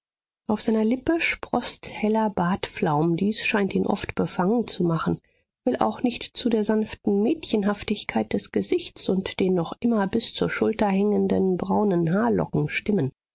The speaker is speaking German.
auf seiner lippe sproßt heller bartflaum dies scheint ihn oft befangen zu machen will auch nicht zu der sanften mädchenhaftigkeit des gesichts und den noch immer bis zur schulter hängenden braunen haarlocken